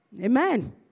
Amen